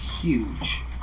huge